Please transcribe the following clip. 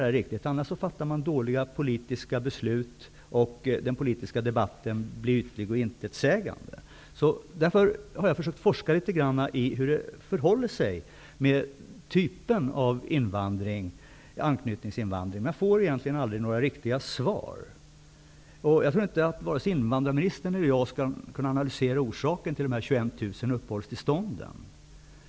I annat fall kan det fattas dåliga politiska beslut, samtidigt som den politiska debatten blir ytlig och intetsägande. Jag har försökt forska litet grand kring hur det förhåller sig med anknytningsinvandring, men jag får aldrig några riktiga svar. Vare sig invandrarministern eller jag kan nog inte analysera orsaken till de 21 000 uppehållstillstånden.